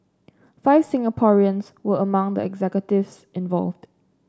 five Singaporeans were among the executives involved